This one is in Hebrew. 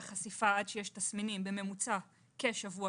החשיפה עד שיש תסמינים היא בממוצע כשבוע-שבועיים.